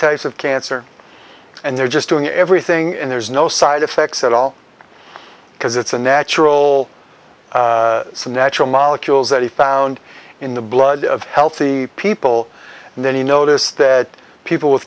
types of cancer and they're just doing everything and there's no side effects at all because it's a natural so natural molecules that he found in the blood of healthy people and then he noticed that people with